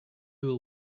will